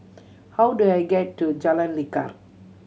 how do I get to Jalan Lekar